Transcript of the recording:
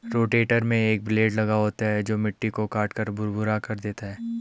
rotator में एक blade लगा होता है जो मिट्टी को काटकर भुरभुरा कर देता है